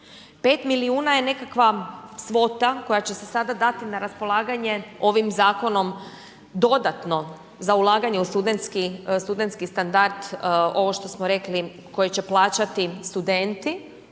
milijuna je nekakva svota koja će se sada dati na raspolaganje ovim Zakonom dodatno za ulaganje u studentski standard, ovo što smo rekli koji će plaćati studenti,